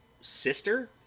sister